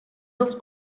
dels